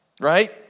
right